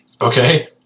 Okay